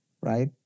right